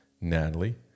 Natalie